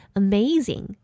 amazing